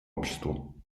обществу